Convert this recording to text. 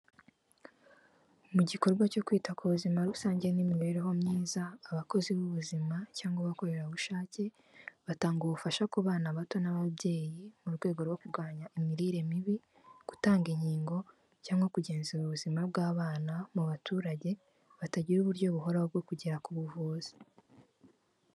Mu gikorwa cyo kwita ku buzima rusange n'imibereho myiza, abakozi b'ubuzima cyangwa abakorerabushake, batanga ubufasha ku bana bato n'ababyeyi mu rwego rwo kurwanya imirire mibi, gutanga inkingo cyangwa kugenzura ubuzima bw'abana mu baturage batagira uburyo buhoraho bwo kugera ku buvuzi.